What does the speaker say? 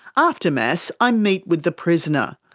after mass, i meet with the prisoner.